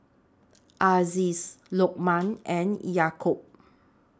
Aziz Lokman and Yaakob